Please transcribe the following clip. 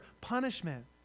punishment